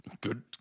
Good